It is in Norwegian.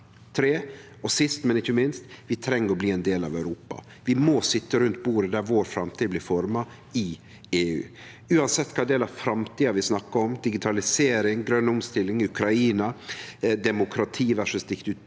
3. Sist, men ikkje minst: Vi treng å bli ein del av Europa. Vi må sitje rundt bordet der vår framtid blir forma – i EU. Uansett kva del av framtida vi snakkar om – digitalisering, grøn omstilling og klima, Ukraina, demokrati versus diktatur – det